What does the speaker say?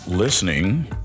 Listening